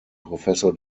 professor